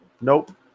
Nope